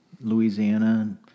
Louisiana